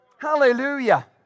Hallelujah